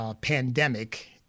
pandemic